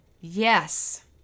yes